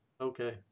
okay